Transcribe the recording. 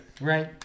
Right